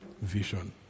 Vision